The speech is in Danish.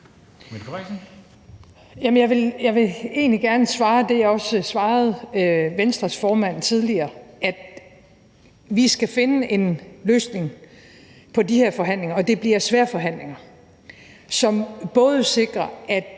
Jeg vil egentlig gerne svare det, jeg også svarede Venstres formand tidligere: Vi skal finde en løsning på de her forhandlinger – og det bliver svære forhandlinger – som både sikrer, at